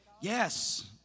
Yes